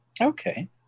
Okay